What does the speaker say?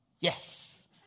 Yes